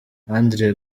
andre